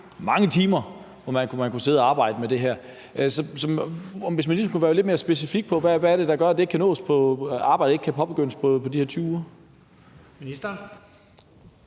mange timer, hvor man kunne sidde og arbejde med det her. Så hvis man ligesom skulle være lidt mere specifik, hvad er det så, der gør, at arbejdet ikke kan påbegyndes inden for de her 20 uger?